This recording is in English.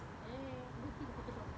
eh aku nanti photoshop